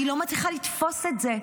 אני לא מצליחה לתפוס את זה.